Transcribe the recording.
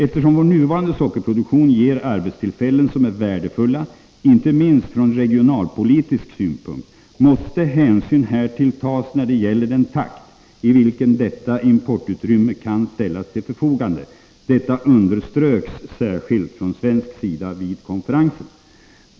Eftersom vår nuvarande sockerproduktion ger arbetstillfällen som är värdefulla inte minst från regionalpolitisk synpunkt, måste hänsyn härtill tas när det gäller den takt i vilken detta importutrymme kan ställas till förfogande. Detta underströks särskilt från svensk sida vid konferensen.